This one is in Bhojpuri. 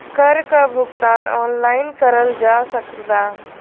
कर क भुगतान ऑनलाइन करल जा सकला